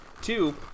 Two